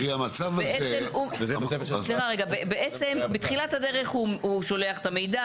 בעצם בתחילת הדרך הוא שולח את המידע